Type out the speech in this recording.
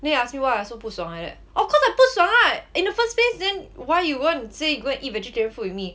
then he ask me why I so 不爽 like that of course I 不爽 [what] in the first place then why you want to say you want to eat vegetarian food with me